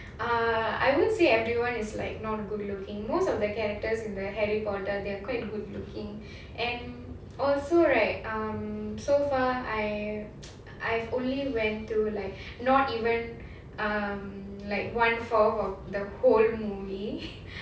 ah I wouldn't say everyone is like not good looking most of the characters in the harry potter they are quite good looking and also right um so far I I've only went to like not even um like one-fourth of the whole movie